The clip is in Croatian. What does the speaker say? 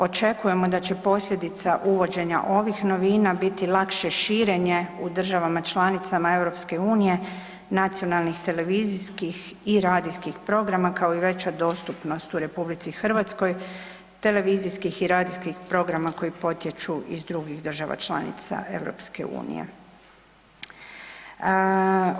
Očekujemo da će posljedica uvođenja ovih novina biti lakše širenje u država članica EU-a, nacionalnih televizijskih i radijskih programa kao i veća dostupnost u RH, televizijskih i radijskih programa koji potječu iz drugih država članica EU-a.